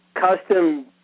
custom